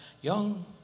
young